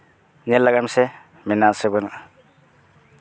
ᱧᱮᱞ ᱞᱟᱜᱟᱭ ᱢᱮᱥᱮ ᱢᱮᱱᱟᱜ ᱟᱥᱮ ᱵᱟᱹᱱᱩᱜᱼᱟ